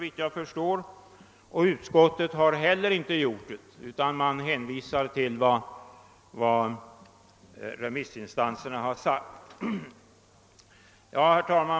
Inte heller utskottet har gjort det; där har man bara hänvisat till vad remissinstanserna har skrivit.